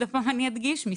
אני אדגיש שוב,